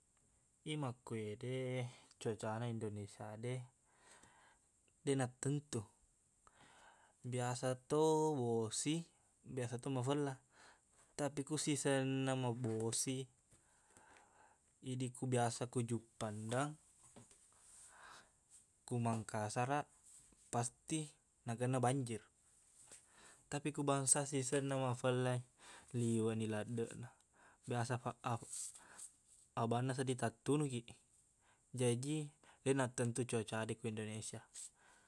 Iye makkuwede cuacana indonesia de deq nattentu biasato bosi biasato mafella tapi ko sisenna mabosi idiq ku biasa ku juppandang ku mangkasaraq pasti nakenna banjir tapi ku bangsa siseng namafellai liweqni laddeqna biasa fak- afek- abanna sedding tattunukiq jaji deq nattentu cuaca de ko Indonesia